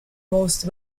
most